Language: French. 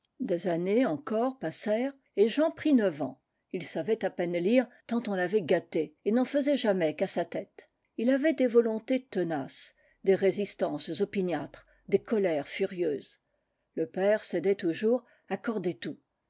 des années encore passèrent et jean prit neuf ans ii savait à peine lire tant on l'avait gâté et n'en faisait jamais qu'à sa tête ii avait des volontés tenaces des résistances opiniâtres des colères furieuses le père cédait toujours accordait tout